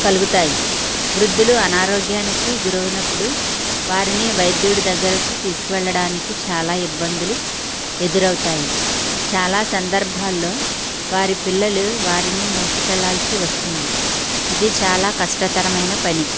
కలుగుతాయి వృద్ధులు అనారోగ్యానికి గురైనప్పుడు వారిని వైద్యుడి దగ్గరకి తీసుకువెళ్ళడానికి చాలా ఇబ్బందులు ఎదురవుతాయి చాలా సందర్భాల్లో వారి పిల్లలు వారిని మోసుకెళ్లాల్సి ఇది చాలా కష్టతరమైన పని